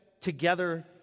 together